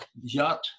yacht